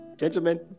Gentlemen